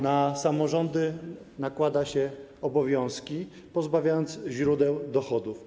Na samorządy nakłada się obowiązki, pozbawiając źródeł dochodów.